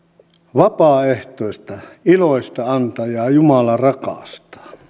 vapaaehtoista iloista antajaa jumala rakastaa